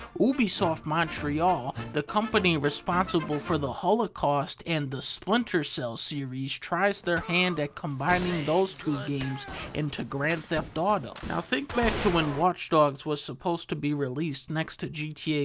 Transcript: ubisoft montreal, the company responsible for the holocaust and the splinter cell series tries their hand at combining those two games into grand theft auto. now think back when watch dogs was supposed to be released next to gtav.